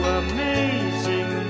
amazing